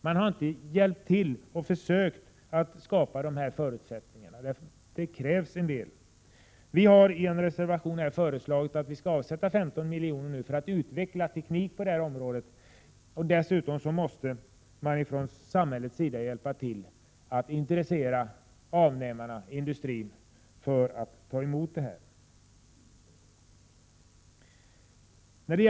Man har inte hjälpt till att försöka skapa dessa förutsättningar, som det krävs en del för. Vi har i en reservation föreslagit att 15 milj.kr. skall avsättas för utveckling av teknik på detta område. Dessutom måste samhället hjälpa till att intressera avnämarna, industrin, för att ta emot dessa produkter.